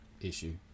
issue